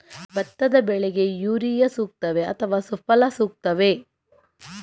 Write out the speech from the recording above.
ಭತ್ತದ ಬೆಳೆಗೆ ಯೂರಿಯಾ ಸೂಕ್ತವೇ ಅಥವಾ ಸುಫಲ ಸೂಕ್ತವೇ?